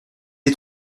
les